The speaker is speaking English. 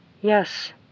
Yes